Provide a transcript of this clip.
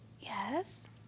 Yes